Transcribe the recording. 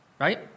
right